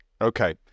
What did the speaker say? Okay